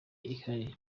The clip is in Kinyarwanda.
ihari